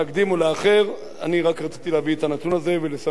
רציתי רק להביא את הנתון הזה ולשמח גם את הציבור הדתי-לאומי,